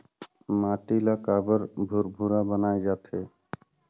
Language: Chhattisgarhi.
माटी ला काबर भुरभुरा बनाय जाथे?